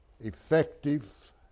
effective